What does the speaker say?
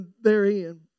therein